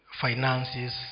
finances